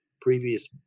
previous